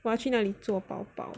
我要去那里做宝宝